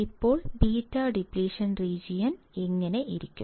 ഇപ്പോൾ beta depletion region ഇങ്ങനെയായിരിക്കും